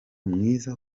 mwiza